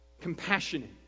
compassionate